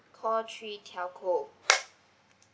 call three telco